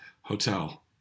Hotel